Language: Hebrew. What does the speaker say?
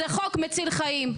זה חוק מציל חיים.